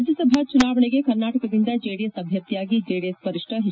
ರಾಜ್ಯಸಭಾ ಚುನಾವಣೆಗೆ ಕರ್ನಾಟಕದಿಂದ ಜೆಡಿಎಸ್ ಅಭ್ಯರ್ಥಿಯಾಗಿ ಜೆಡಿಎಸ್ ವರಿಷ್ಠ ಎಚ್